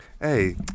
Hey